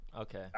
Okay